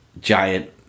giant